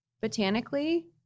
botanically